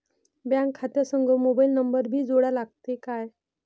Bank खात्या संग mobile number भी जोडा लागते काय?